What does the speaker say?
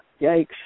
yikes